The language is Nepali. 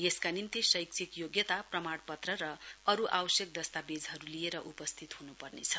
यसका निम्ति शैक्षिक योग्यता प्रमाणपत्र र अरु आवश्यक दस्तावेजहरु लिएर उपस्थित हुनुपर्नेछ